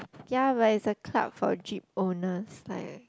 ya but is a club for jeep owners like